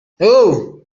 umuntu